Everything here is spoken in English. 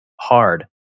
hard